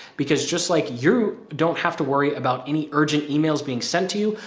because just like you don't have to worry about any urgent emails being sent to you,